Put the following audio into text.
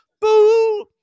boo